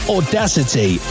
Audacity